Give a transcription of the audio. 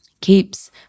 keeps